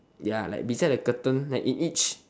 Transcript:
ya like beside the curtain that in each